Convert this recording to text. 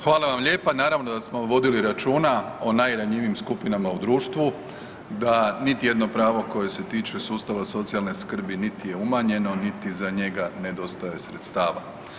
Hvala vam lijepa, naravno da smo vodili računa o najranjivijim skupinama u društvu, niti jedno pravo koje se tiče sustava socijalne skrbi niti je umanjeno niti za njega nedostaje sredstava.